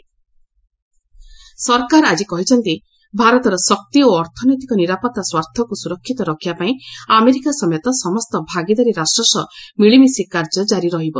India US Iran oil ସରକାର ଆଜି କହିଛନ୍ତି ଭାରତର ଶକ୍ତି ଓ ଅର୍ଥନୈତିକ ନିରାପତ୍ତା ସ୍ୱାର୍ଥକୁ ସୁରକ୍ଷିତ ରଖିବା ପାଇଁ ଆମେରିକା ସମେତ ସମସ୍ତ ଭାଗିଦାରୀ ରାଷ୍ଟ୍ର ସହ ମିଳିମିଶି କାର୍ଯ୍ୟ ଜାରି ରହିବ